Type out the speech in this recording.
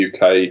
uk